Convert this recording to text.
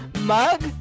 Mug